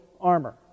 armor